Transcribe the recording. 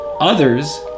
Others